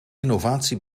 innovatie